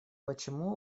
почему